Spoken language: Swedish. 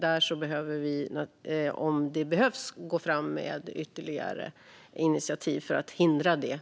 Där måste vi, om det behövs, gå fram med ytterligare initiativ för att hindra detta.